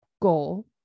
goal